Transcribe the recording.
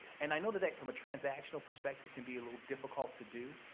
and i know that that, from a transactional perspective, can be a little difficult to do.